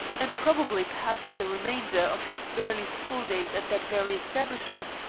and probably passed the remainder of his early school days at that very establishment,